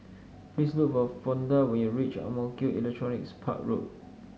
please look for Fonda when you reach Ang Mo Kio Electronics Park Road